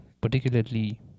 particularly